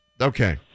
Okay